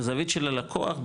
בזווית של הלקוח,